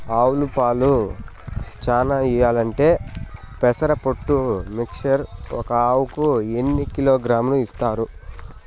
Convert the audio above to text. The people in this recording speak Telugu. ఆవులు పాలు చానా ఇయ్యాలంటే పెసర పొట్టు మిక్చర్ ఒక ఆవుకు ఎన్ని కిలోగ్రామ్స్ ఇస్తారు?